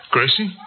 Gracie